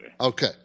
Okay